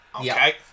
Okay